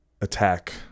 attack